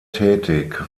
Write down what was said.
tätig